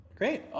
Great